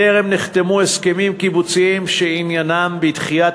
טרם נחתמו הסכמים קיבוציים שעניינם בדחיית